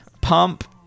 Pump